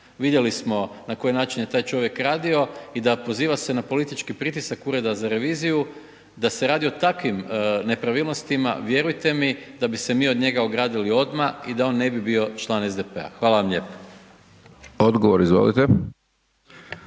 vidjeli smo na koji način je taj čovjek radio i da proziva se na politički pritisak Ureda za reviziju, da se radi o takvim nepravilnostima, vjerujte mi da bi se mi od njega ogradili odmah i da on ne bi bio član SDP-a. Hvala vam lijepa. **Hajdaš Dončić,